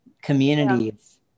communities